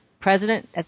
president